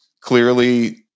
clearly